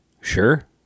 Sure